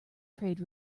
trade